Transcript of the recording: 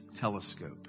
Telescope